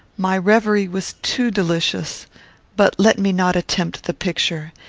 my reverie was too delicious but let me not attempt the picture.